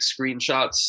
screenshots